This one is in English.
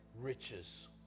riches